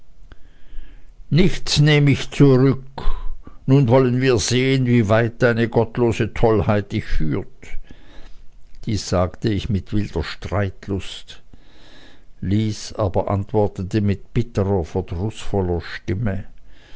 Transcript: nichts nehm ich zurück nun wollen wir sehen wie weit deine gottlose tollheit dich führt dies sagte ich mit wilder streitlust lys aber antwortete mit bitterer verdrußvoller stimme